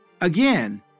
Again